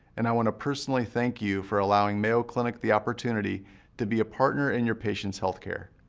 and i want to personally thank you for allowing mayo clinic the opportunity to be a partner in your patient's health care.